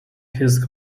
his